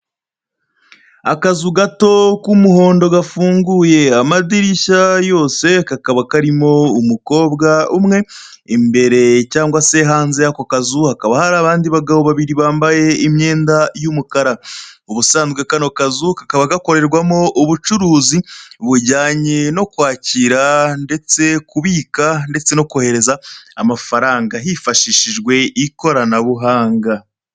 Akazu gato k'umuhondo gafunguye amadirishya yose, kakaba karimo umukobwa umwe. Imbere cyangwa se hanze y'ako kazu hakaba hari abandi bagabo babiri bambaye imyenda y'umukara. Ubusanzwe kano kazu kakaba gakorerwamo ubucuruzi, bujyanye no kwakira ndetse kubika ndetse no kohereza amafaranga, hifashishijwe ikoranabuhanga.